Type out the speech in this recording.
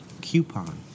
coupon